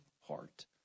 heart